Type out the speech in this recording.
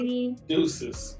Deuces